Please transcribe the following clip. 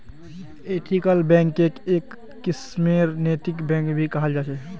ethical बैंकक् एक किस्मेर नैतिक बैंक भी कहाल जा छे